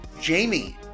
Jamie